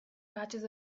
patches